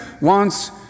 wants